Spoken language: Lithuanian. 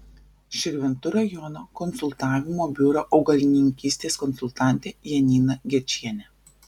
širvintų rajono konsultavimo biuro augalininkystės konsultantė janina gečienė